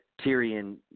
Tyrion